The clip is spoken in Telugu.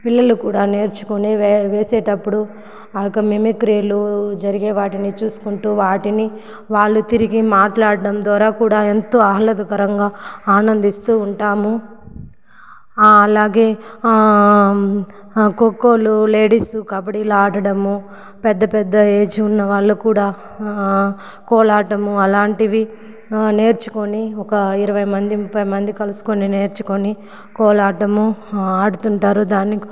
పిల్లలు కూడా నేర్చుకొని వే వేసేటప్పుడు ఆ యొక్క మిమిక్రీలు జరిగే వాటిని చూసుకుంటూ వాటిని వాళ్ళు తిరిగి మాట్లాడడం ద్వారా కూడా ఎంతో ఆహ్లాదకరంగా ఆనందిస్తూ ఉంటాము అలాగే కోకోలు లేడీస్ కబడ్డీలు ఆడడము పెద్ద పెద్ద ఏజ్ ఉన్న వాళ్లు కూడా కోలాటము అలాంటివి నేర్చుకుని ఒక ఇరవై మంది ముప్పై మంది కలుసుకొని నేర్చుకొని కోలాటం ఆడుతుంటారు దాన్ని